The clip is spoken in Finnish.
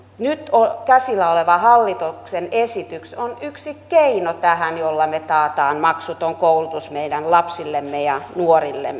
nyt käsillä oleva hallituksen esitys on tähän yksi keino jolla me takaamme maksuttoman koulutuksen meidän lapsillemme ja nuorillemme